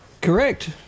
Correct